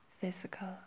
physical